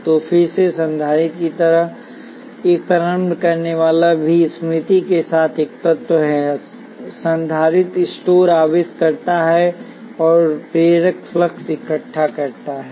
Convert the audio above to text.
तो फिर से संधारित्र की तरह एक प्रारंभ करने वाला भी स्मृति के साथ एक तत्व है संधारित्र स्टोर आवेश करता है और प्रेरक फ्लक्स इकट्ठा करता है